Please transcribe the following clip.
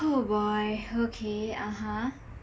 oh boy okay (uh huh)